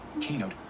Keynote